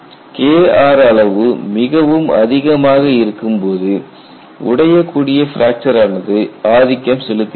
Kr அளவு மிகவும் அதிகமாக இருக்கும்போது உடையக்கூடிய பிராக்சரானது ஆதிக்கம் செலுத்துகிறது